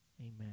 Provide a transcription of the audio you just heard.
amen